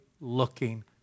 looking